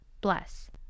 bless